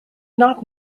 not